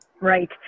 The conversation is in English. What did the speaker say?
Right